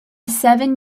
seven